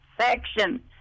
section –